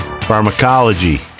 Pharmacology